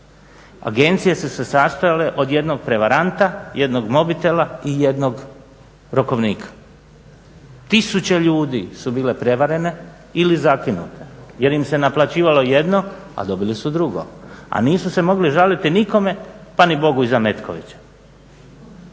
Agencije su se sastojale od jednog prevaranta, jednog mobitela i jednog rokovnika. Tisuće ljudi su bile prevarene ili zakinute jer im se naplaćivalo jedno, a dobili su drugo, a nisu se mogli žaliti nikome pa ni Bogu iza Metkovića